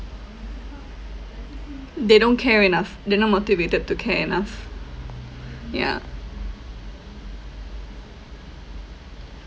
they don't care enough they're not motivated to care enough yeah